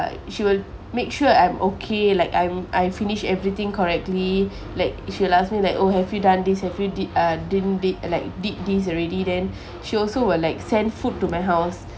she will make sure I'm okay like I'm I finished everything correctly like she'll ask me like oh have you done this have you did uh didn't did like did this already then she also will like send food to my house